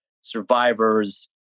survivors